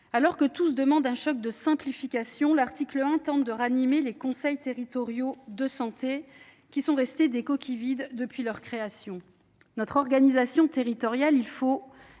Alors que tous demandent un choc de simplification, l’article 1 tente de ranimer les CTS, qui sont restés des coquilles vides depuis leur création. Notre organisation territoriale est